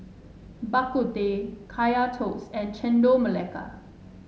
Bak Kut Teh Kaya Toast and Chendol Melaka